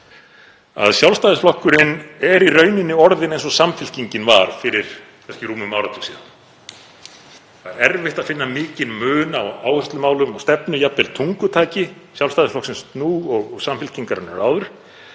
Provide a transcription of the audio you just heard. að Sjálfstæðisflokkurinn er í rauninni orðinn eins og Samfylkingin var fyrir rúmum áratug. Það er erfitt að finna mikinn mun á áherslumálum, stefnu og jafnvel tungutaki Sjálfstæðisflokksins nú og Samfylkingarinnar áður.